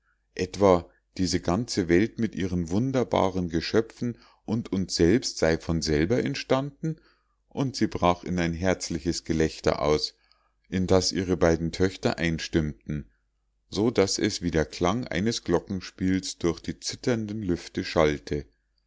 etwa diese ganze welt mit ihren wunderbaren geschöpfen und uns selbst sei von selber entstanden und sie brach in ein herzliches gelächter aus in das ihre beiden töchter einstimmten so daß es wie der klang eines glockenspiels durch die zitternden lüfte schallte